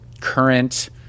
current